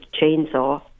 chainsaw